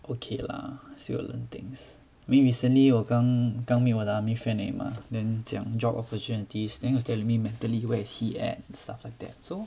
okay lah still will learn things mean recently 我刚刚 meet 我的 army friend 而已吗 then 讲 job opportunities then tell me mentally where is he at and stuff like that